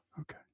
Okay